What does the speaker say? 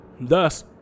Thus